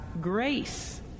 grace